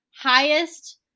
highest